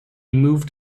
moved